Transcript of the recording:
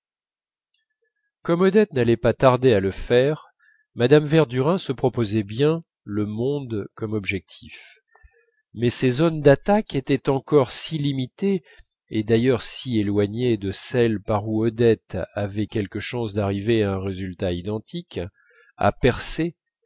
comme odette n'allait pas tarder à le faire mme verdurin se proposait bien le monde comme objectif mais ses zones d'attaque étaient encore si limitées et d'ailleurs si éloignées de celles par où odette avait quelque chance d'arriver à un résultat identique à percer